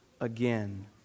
again